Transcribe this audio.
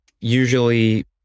usually